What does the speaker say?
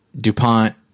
DuPont